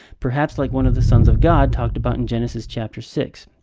perhaps like one of the sons of god talked about in genesis, chapter six.